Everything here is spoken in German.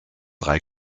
drei